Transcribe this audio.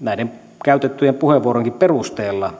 näiden käytettyjen puheenvuorojenkin perusteella